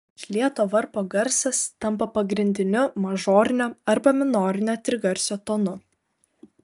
išlieto varpo garsas tampa pagrindiniu mažorinio arba minorinio trigarsio tonu